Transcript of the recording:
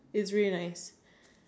all the skincare